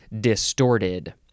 distorted